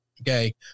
Okay